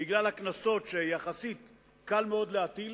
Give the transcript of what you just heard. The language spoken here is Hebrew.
בגלל הקנסות שיחסית קל מאוד להטיל